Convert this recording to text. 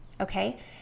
okay